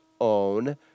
own